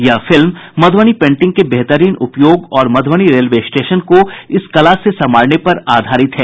यह film Madhubani painting के बेहतरीन उपयोग और मधुबनी रेलवे स्टेशन को इस कला से संवारने पर आधारित है